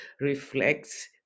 reflects